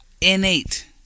Innate